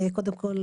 קודם כול,